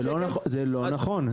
זה לא נכון.